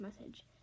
message